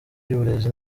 ry’uburezi